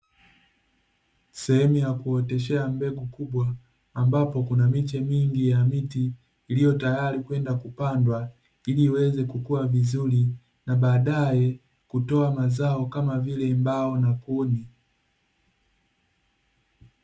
Sehemu ya kuoteshea mbegu kubwa, ambapo kuna miche mingi ya miti iliyo tayari kwenda kupandwa, ili iweze kukua vizuri na baade kutoa mazao, kama vile mbao na kuni.